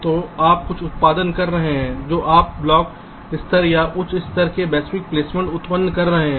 तो आप कुछ उत्पादन कर रहे हैं जो आप ब्लॉक स्तर या उच्च स्तर के वैश्विक प्लेसमेंट उत्पन्न कर रहे हैं